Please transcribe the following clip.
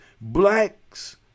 blacks